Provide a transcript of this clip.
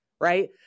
Right